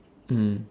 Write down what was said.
mm